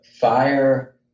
fire